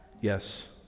Yes